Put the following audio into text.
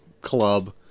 club